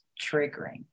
triggering